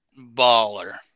Baller